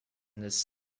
this